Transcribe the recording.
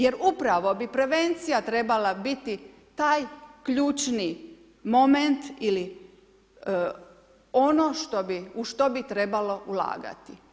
Jer upravo bi prevencija trebala biti taj ključni moment ili ono što u što bi trebalo ulagati.